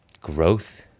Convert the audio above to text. growth